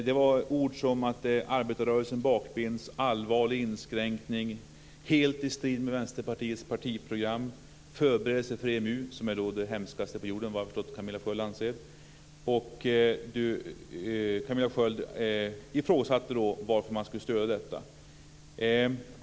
Det var ord som "arbetarrörelsen bakbinds", "allvarlig inskränkning", "helt i strid med Vänsterpartiets partiprogram" och "förberedelser för EMU", som jag har förstått att Camilla Sköld anser är det hemskaste på jorden. Camilla Sköld ifrågasatte varför man skulle stödja detta.